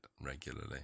regularly